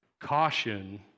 Caution